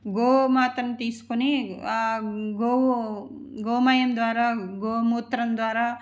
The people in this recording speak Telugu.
గోమాతను తీసుకొని ఆ గోవు గోమయం ద్వారా గోమూత్రం ద్వారా